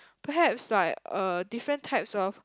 perhaps like uh different types of